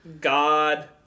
God